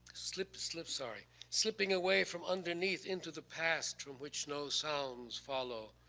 slip slip sorry. slipping away from underneath into the past from which no sounds follow.